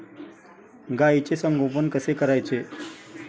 गाईचे संगोपन कसे करायचे?